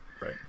right